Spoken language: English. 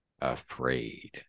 afraid